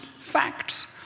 facts